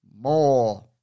more